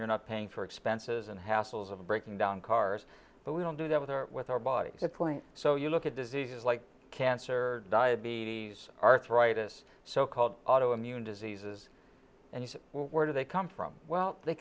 you're not paying for expenses and hassles of breaking down cars but we don't do that with our with our bodies good point so you look at diseases like cancer diabetes arthritis so called auto immune diseases and you say well where do they come from well they